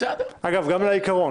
אגב, גם לעיקרון.